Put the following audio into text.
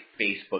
Facebook